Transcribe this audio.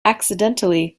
accidentally